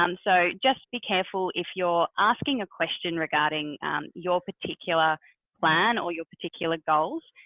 um so just be careful. if you're asking a question regarding your particular plan or your particular goals,